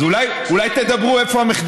אז אולי תדברו פעם אחת על איפה המחדלים